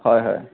হয় হয়